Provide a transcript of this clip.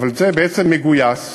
אבל זה בעצם מגויס מגופים,